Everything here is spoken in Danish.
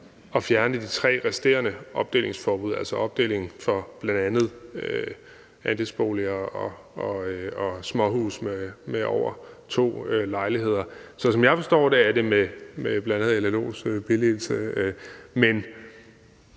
at fjerne de tre resterende opdelingsforbud, altså opdeling for bl.a. andelsboliger og småhuse med over to lejligheder. Så som jeg forstår det, er det med bl.a. LLO's billigelse. Men